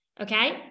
okay